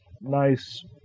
nice